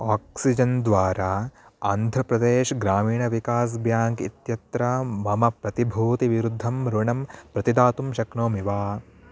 oxygen द्वारा Andhra Pradesh ग्रामीणविकास् bank इत्यत्र मम प्रतिभूतिविरुद्धं ऋणं प्रतिदातुं शक्नोमि वा